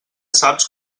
saps